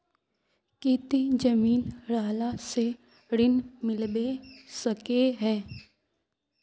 केते जमीन रहला से ऋण मिलबे सके है?